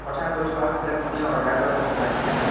কথা কৈ থোৱা আছিলে পানীৰ অৰ্ডাৰ লোৱা কৈ থোৱা আছিলে